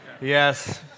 Yes